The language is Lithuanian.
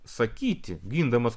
sakyti gindamas